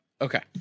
Okay